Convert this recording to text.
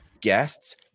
guests